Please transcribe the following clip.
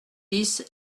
dix